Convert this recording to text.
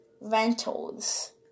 Rentals